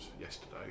yesterday